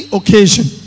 occasion